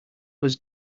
was